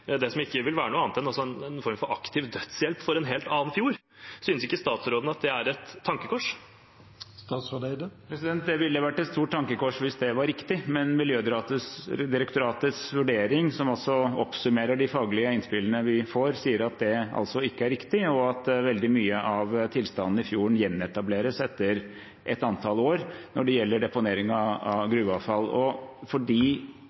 aktiv dødshjelp for en helt annen fjord. Synes ikke statsråden at det er et tankekors? Det ville vært et stort tankekors hvis det var riktig, men Miljødirektoratets vurdering, som oppsummerer de faglige innspillene vi får, sier at det altså ikke er riktig, og at veldig mye av tilstanden i fjorden gjenetableres etter et antall år når det gjelder deponering av